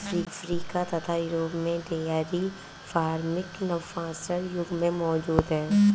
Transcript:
Africa तथा Europe में dairy farming नवपाषाण युग से मौजूद है